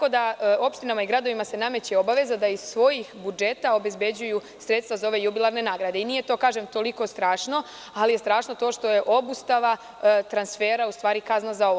Opštinama i gradovima se nameće obaveza da iz svojih budžeta obezbeđuju sredstva za ove jubilarne nagrade i nije to toliko strašno, ali je strašno to što je obustava transfera u stvari kazna za ovo.